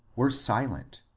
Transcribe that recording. were silent,